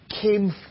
came